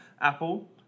Apple